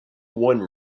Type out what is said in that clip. one